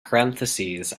parentheses